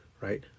right